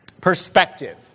perspective